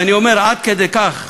ואני אומר עד כדי כך,